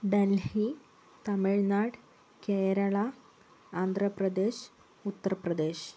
Delhi Tamil Nadu Keralam Andhra Pradesh Uttar Pradesh